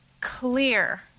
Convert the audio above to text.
clear